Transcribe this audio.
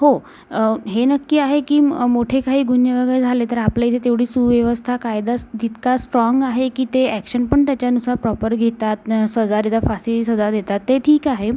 हो हे नक्की आहे की म मोठे काही गुन्हे वगैरे झाले तर आपल्या इथे तेवढी सुव्यवस्था कायदाच जितका स्ट्राँग आहे की ते अॅक्शन पण त्याच्यानुसार प्रॉपर घेतात ना सजा देतात फाशीची सजा देतात ते ठीक आहे